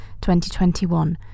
2021